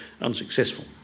unsuccessful